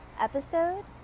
episode